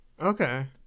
Okay